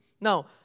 Now